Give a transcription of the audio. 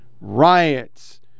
riots